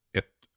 ett